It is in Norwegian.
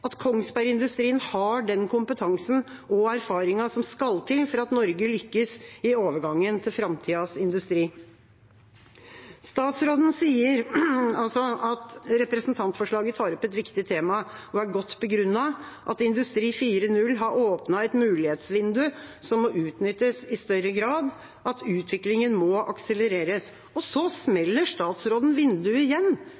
at Kongsbergindustrien har den kompetansen og erfaringen som skal til for at Norge skal lykkes i overgangen til framtidas industri. Statsråden sier at representantforslaget tar opp et viktig tema og er godt begrunnet, at industri 4.0 har åpnet et mulighetsvindu som må utnyttes i større grad, og at utviklingen må akselereres. Så